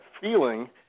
feeling